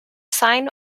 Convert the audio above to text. sign